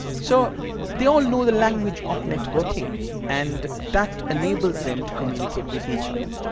so they all know the language of networking and that enables them to communicate with each other.